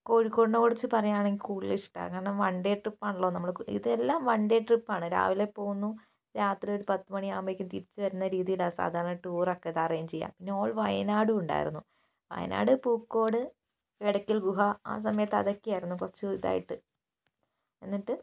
കോഴിക്കോടിനെക്കുറിച്ച് പറയുകയാണെങ്കിൽ കൂടുതൽ ഇഷ്ടമാണ് കാരണം വൺ ഡേ ട്രിപ്പാണല്ലോ നമ്മൾ ഇതെല്ലാം വൺ ഡേ ട്രിപ്പാണ് രാവിലെ പോകുന്നു രാത്രി ഒരു പത്ത് മണി ആകുമ്പോഴേയ്ക്കും തിരിച്ചു വരുന്ന രീതിയിലാണ് സാധാരണ ടൂറൊക്കെ ഇത് അറൈഞ്ച് ചെയ്യുക പിന്നെ ഓൾ വയനാടും ഉണ്ടായിരുന്നു വയനാട് പൂക്കോട് ഇടയ്ക്കൽ ഗുഹ ആ സമയത്ത് അതൊക്കെയായിരുന്നു കുറച്ച് ഇതായിട്ട് എന്നിട്ട്